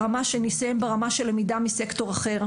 אני אסיים ברמה של למידה מסקטור אחר.